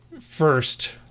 first